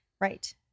Right